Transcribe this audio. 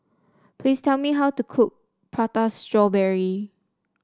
please tell me how to cook Prata Strawberry